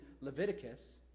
Leviticus